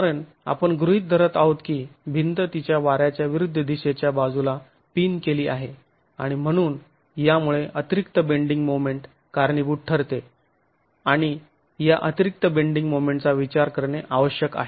कारण आपण गृहीत धरत आहोत की भिंत तिच्या वाऱ्याच्या विरुद्ध दिशेच्या बाजूला पिन केली आहे आणि म्हणून यामुळे अतिरिक्त बेंडिंग मोमेंट कारणीभूत ठरते आणि या अतिरिक्त बेंडिंग मोमेंटचा विचार करणे आवश्यक आहे